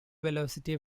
velocity